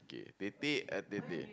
okay tete-a-tete